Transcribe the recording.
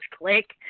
Click